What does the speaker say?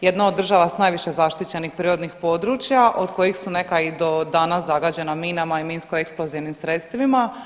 jedna od država sa najviše zaštićenih prirodnih područja od kojih su neka i do danas zagađena minama i minsko-eksplozivnim sredstvima.